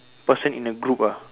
person in the group ah